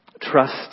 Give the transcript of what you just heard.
Trust